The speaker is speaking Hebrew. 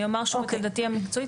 אני אומר שוב את עמדתי המקצועית,